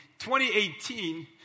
2018